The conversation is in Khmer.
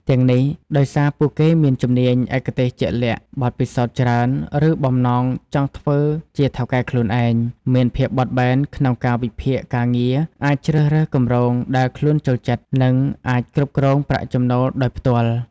ទាំងនេះ ដោយសារពួកគេមានជំនាញឯកទេសជាក់លាក់ បទពិសោធន៍ច្រើន ឬបំណងចង់ធ្វើជាថៅកែខ្លួនឯង មានភាពបត់បែនក្នុងកាលវិភាគការងារ អាចជ្រើសរើសគម្រោងដែលខ្លួនចូលចិត្ត និងអាចគ្រប់គ្រងប្រាក់ចំណូលដោយផ្ទាល់។